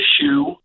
shoe